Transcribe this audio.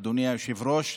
אדוני היושב-ראש,